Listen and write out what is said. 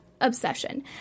obsession